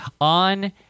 on